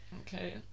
Okay